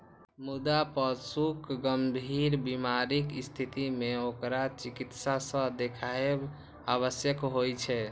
मुदा पशुक गंभीर बीमारीक स्थिति मे ओकरा चिकित्सक सं देखाएब आवश्यक होइ छै